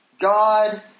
God